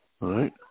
right